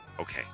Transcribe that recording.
Okay